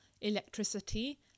electricity